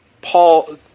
Paul